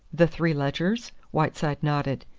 the three ledgers? whiteside nodded.